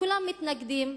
כולם מתנגדים,